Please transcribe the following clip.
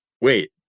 Wait